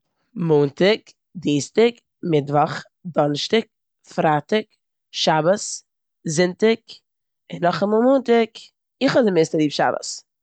מאנטאג, דינסטאג, מיטוואך, דאנערשטאג, פרייטאג, שבת, זונטאג, און נאכאמאל מאנטאג. איך האב די מערסטע ליב שבת.